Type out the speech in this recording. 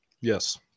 Yes